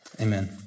Amen